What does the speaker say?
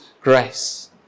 grace